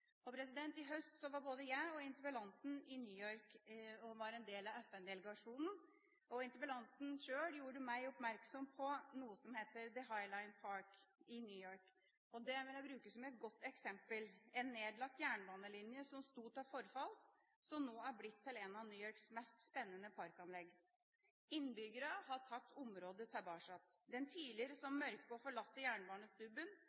I høst var både jeg og interpellanten i New York. Vi var en del av FN-delegasjonen. Interpellanten sjøl gjorde meg oppmerksom på noe som heter The High Line Park i New York. Det vil jeg bruke som et godt eksempel. En nedlagt jernbanelinje som sto til forfall, er nå blitt til et av New Yorks mest spennende parkanlegg. Innbyggerne har tatt området tilbake igjen. Den tidligere